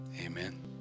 amen